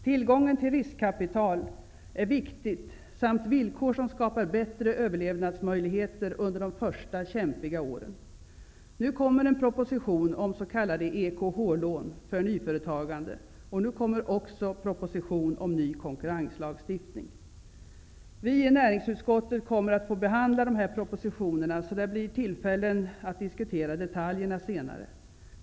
Tillgången till riskkapital är viktig samt villkor som skapar bättre överlevnadsmöjligheter under de första kämpiga åren. Nu kommer en proposition om s.k. EKH-lån för nyföretagande, och nu kommer också en proposition om ny konkurrenslagstiftning. Vi i näringsutskottet kommer att få behandla dessa propositioner. Det blir alltså tillfällen att diskutera detaljerna senare.